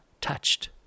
touched